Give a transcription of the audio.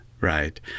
right